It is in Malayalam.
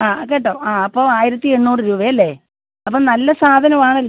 ആ കേട്ടോ ആ അപ്പോൾ ആയിരത്തി എണ്ണൂറ് രൂപ അല്ലേ അപ്പം നല്ല സാധനമാണ്